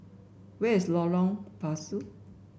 where is Lorong Pasu